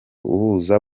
uhuza